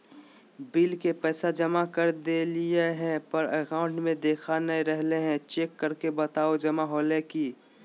Bill के पैसा जमा कर देलियाय है पर अकाउंट में देखा नय रहले है, चेक करके बताहो जमा होले है?